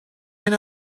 can